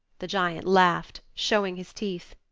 the giant laughed, showing his teeth.